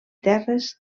terres